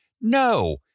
No